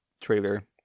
trailer